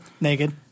Naked